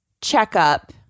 checkup